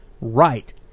right